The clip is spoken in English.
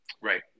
Right